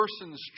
person's